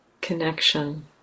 connection